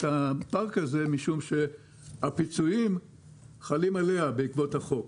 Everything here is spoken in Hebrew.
הפארק הזה משום שהפיצויים חלים עליה בעקבות החוק.